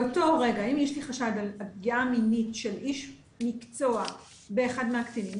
באותו רגע אם יש לי חשד על פגיעה מינית של איש מקצוע באחד מהקטינים,